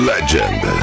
Legend